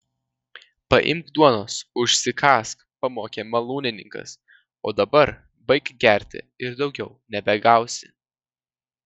paimk duonos užsikąsk pamokė malūnininkas o dabar baik gerti ir daugiau nebegausi